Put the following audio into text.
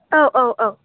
औ औ औ